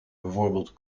bijvoorbeeld